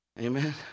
amen